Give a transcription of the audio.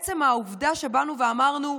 למרות עצם העובדה שבאנו ואמרנו: